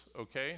okay